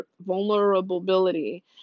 vulnerability